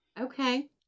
Okay